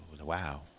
Wow